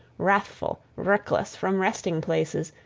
wrathful, reckless, from resting-places,